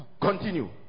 Continue